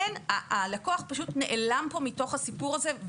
אין, הלקוח פשוט נעלם פה מתוך הסיפור הזה.